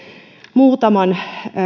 muutaman